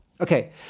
Okay